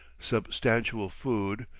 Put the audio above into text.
substantial food,